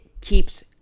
keeps